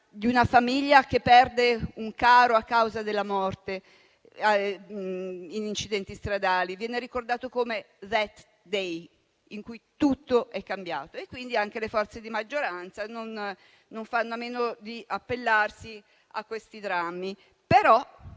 di una famiglia che perde un caro a causa della sua morte in un incidente stradale? Infatti viene ricordato come *"that day"*, il giorno in cui tutto è cambiato. Quindi, anche le forze di maggioranza non fanno a meno di appellarsi a questi drammi.